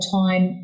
time